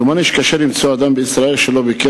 דומני שקשה למצוא אדם בישראל שלא ביקר